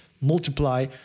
multiply